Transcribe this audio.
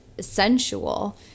sensual